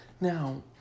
Now